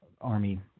army